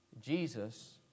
Jesus